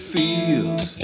feels